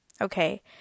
Okay